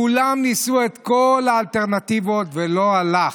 כולם ניסו את כל האלטרנטיבות ולא הלך.